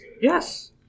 Yes